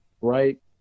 right